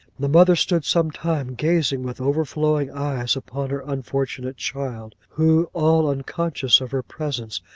the mother stood some time, gazing with overflowing eyes upon her unfortunate child, who, all unconscious of her presence,